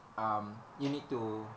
um you need to